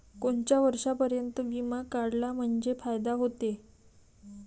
कोनच्या वर्षापर्यंत बिमा काढला म्हंजे फायदा व्हते?